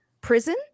prison